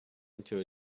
into